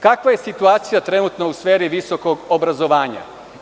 Kakva je situacija trenutno u sferi visokog obrazovanja?